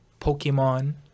Pokemon